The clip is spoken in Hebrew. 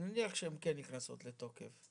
נניח שהן כן נכנסות לתוקף,